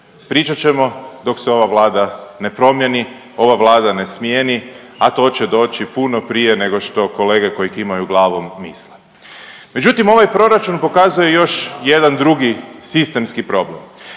Pričat ćemo dok se ova Vlada ne promijeni, ova Vlada ne smijeni, a to će doći puno prije nego što kolege koji kimaju glavom misle. Međutim, ovaj proračun pokazuje još jedan drugi sistemski problem,